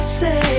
say